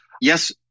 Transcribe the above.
yes